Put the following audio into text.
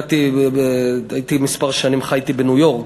חייתי כמה שנים בניו-יורק.